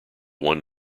one